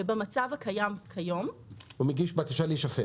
במצב הקיים כיום הוא מגיש בקשה להישפט,